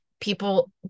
people